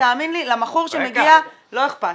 תאמין לי, למכור שמגיע לא אכפת.